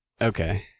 Okay